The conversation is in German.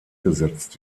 gesetzt